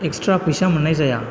extra फैसा मोननाय जाया